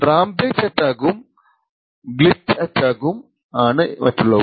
rampage അറ്റാക്കും glitch അറ്റാക്കും ആണ് മറ്റുള്ളവ